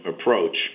approach